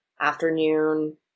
afternoon